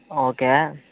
okay